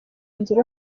nzira